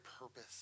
purpose